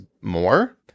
more